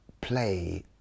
play